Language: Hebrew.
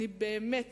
אני באמת